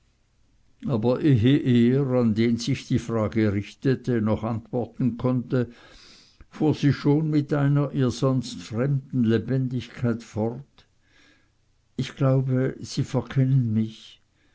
aber ehe der an den sich die frage richtete noch antworten konnte fuhr sie schon mit einer ihr sonst fremden lebendigkeit fort ich glaube sie verkennen mich